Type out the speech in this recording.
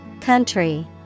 Country